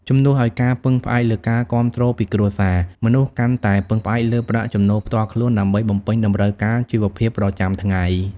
ជំនួសឱ្យការពឹងផ្អែកលើការគាំទ្រពីគ្រួសារ មនុស្សកាន់តែពឹងផ្អែកលើប្រាក់ចំណូលផ្ទាល់ខ្លួនដើម្បីបំពេញតម្រូវការជីវភាពប្រចាំថ្ងៃ។